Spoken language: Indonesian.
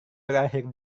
berakhir